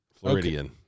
Floridian